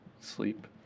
sleep